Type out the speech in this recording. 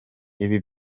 ibi